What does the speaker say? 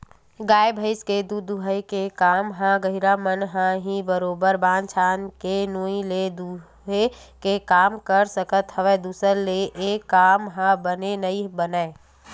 गाय भइस के दूद दूहई के काम ल गहिरा मन ह ही बरोबर बांध छांद के नोई ले दूहे के काम कर सकत हवय दूसर ले ऐ काम ह बने नइ बनय